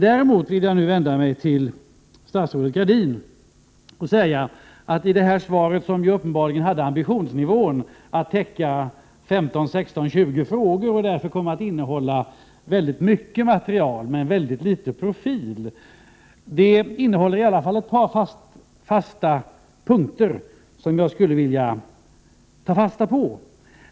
Jag vill nu vända mig till statsrådet Gradin och säga att det här svaret, som uppenbarligen låg på ambitionsnivån att täcka 15—20 frågor och därför kom att innehålla väldigt mycket material men ytterst litet av profil, i varje fall innehåller ett par fasta punkter som jag skulle vilja ta fasta på.